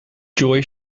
joy